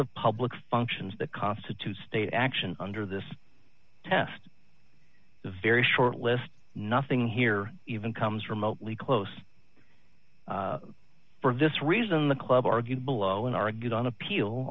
of public functions that constitute state action under this test the very short list nothing here even comes remotely close for this reason the club argued below and argued on appeal